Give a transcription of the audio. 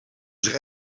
zich